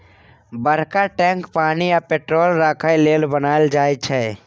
बरका टैंक पानि आ पेट्रोल राखय लेल बनाएल जाई छै